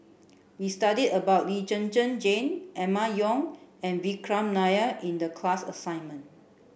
we studied about Lee Zhen Zhen Jane Emma Yong and Vikram Nair in the class assignment